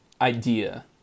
idea